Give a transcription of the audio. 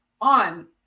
on